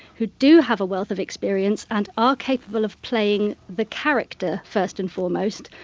who do have a wealth of experience and are capable of playing the character, first and foremost,